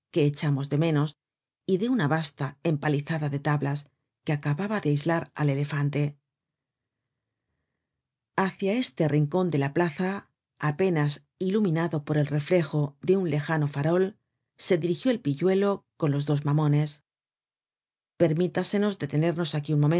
echamos de menos y de una vasta empalizada de tablas que acababa de aislar al elefante hácia este rincon de la plaza apenas iluminado por el reflejo de un lejano farol se dirigió el pilluelo con los dos mamones permítasenos detenernos aquí